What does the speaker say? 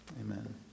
amen